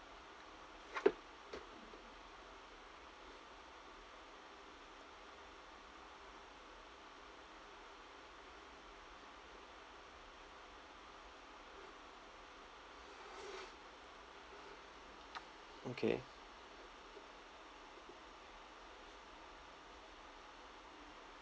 okay